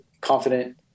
confident